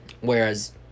whereas